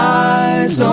eyes